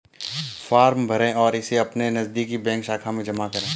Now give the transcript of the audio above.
form भरें और इसे अपनी नजदीकी बैंक शाखा में जमा करें